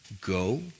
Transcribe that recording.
go